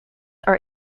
are